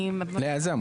ברור.